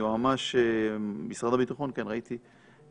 יועץ המשפטי של משרד הביטחון להתייחס,